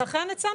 נכון, לכן הצענו